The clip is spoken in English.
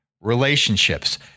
relationships